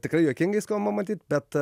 tikrai juokingai skamba matyt bet